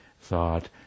thought